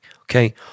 okay